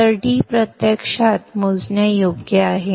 तर d प्रत्यक्षात मोजण्यायोग्य आहे